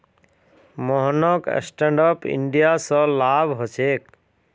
मोहनक stand up India स लाभ ह छेक